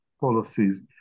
policies